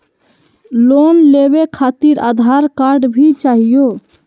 Loan लेवे खातिरआधार card भी चाहियो?